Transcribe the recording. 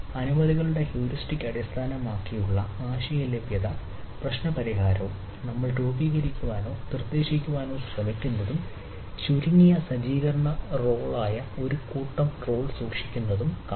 അനുമതികളും heuristic അടിസ്ഥാനമാക്കിയുള്ള ആശയ ലഭ്യത പ്രശ്ന പരിഹാരവും നമ്മൾ രൂപീകരിക്കാനോ നിർദ്ദേശിക്കാനോ ശ്രമിക്കുന്നതും ചുരുങ്ങിയ സജ്ജീകരണ റോളായ ഒരു കൂട്ടം റോൾ സൂക്ഷിക്കുന്നതും കാണാം